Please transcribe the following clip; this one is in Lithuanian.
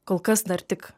kol kas dar tik